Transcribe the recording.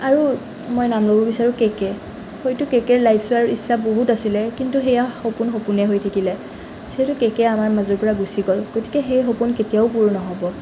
আৰু মই নাম ল'ব বিচাৰোঁ কে কে হয়তো কে কেৰ লাইভ চোৱাৰ ইচ্ছা বহুত আছিলে কিন্তু সেইয়া সপোন সপোন হৈয়ে থাকিলে যিহেতু কে কে আমাৰ মাজৰ পৰা গুচি গ'ল গতিকে সেই সপোন কেতিয়াও পূৰ নহ'ব